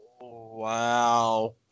Wow